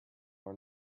are